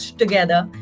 together